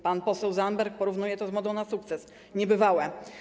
Pan poseł Zandberg porównuje to z „Modą na sukces” - niebywałe.